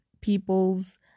people's